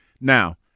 Now